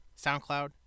SoundCloud